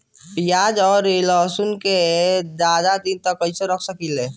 प्याज और लहसुन के ज्यादा दिन तक कइसे रख सकिले?